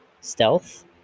stealth